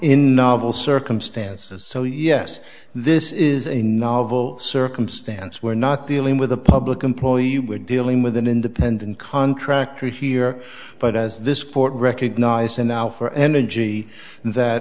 full circumstances so yes this is a novel circumstance we're not dealing with a public employee we're dealing with an independent contractor here but as this court recognizing now for energy that